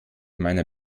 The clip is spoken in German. meiner